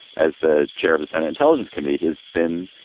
as the chair of the senate intelligence committee, has been